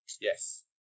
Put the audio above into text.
Yes